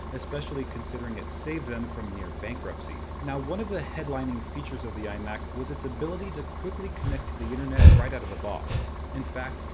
especially considering it saved them from near-bankruptcy. now one of the headlining features of the imac was it's ability to quickly connect to the internet right out of the box. in fact,